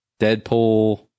Deadpool